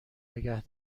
نگه